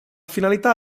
finalità